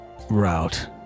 route